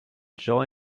joy